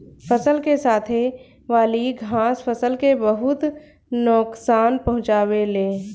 फसल के साथे वाली घास फसल के बहुत नोकसान पहुंचावे ले